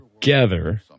together